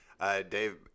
Dave